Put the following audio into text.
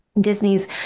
disney's